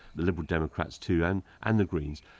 the liberal democrats too and and the greens,